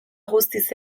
guztiz